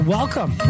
Welcome